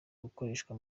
gukoreshwa